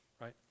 right